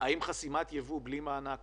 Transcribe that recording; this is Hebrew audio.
האם חסימת ייבוא בלי מענק